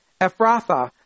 Ephrathah